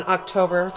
October